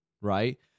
Right